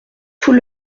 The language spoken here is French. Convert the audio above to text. tout